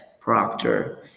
Proctor